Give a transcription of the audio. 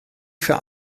für